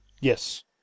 Yes